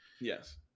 yes